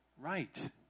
right